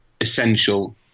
essential